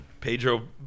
Pedro